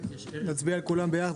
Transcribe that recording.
נצביע על כולן יחד,